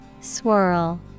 Swirl